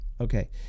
okay